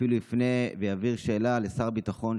אפילו יפנה ויעביר שאלה לשר הביטחון,